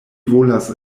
volas